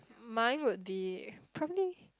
mine would be probably